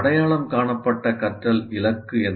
அடையாளம் காணப்பட்ட கற்றல் இலக்கு என்ன